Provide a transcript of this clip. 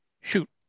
shoot